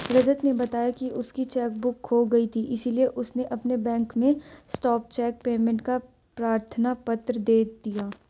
रजत ने बताया की उसकी चेक बुक खो गयी थी इसीलिए उसने अपने बैंक में स्टॉप चेक पेमेंट का प्रार्थना पत्र दे दिया